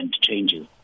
changes